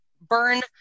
burn